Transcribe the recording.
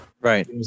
Right